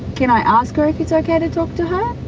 can i ask her if it's ok to talk to her?